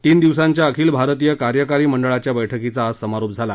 तीन दिवसांच्या अखिल भारतीय कार्यकारी मंडळाच्या बैठकीचा आज समारोप झाला